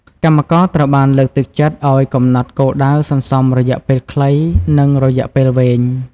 កម្មករត្រូវបានលើកទឹកចិត្តឲ្យកំណត់គោលដៅសន្សំទាំងរយៈពេលខ្លី និងរយៈពេលវែង។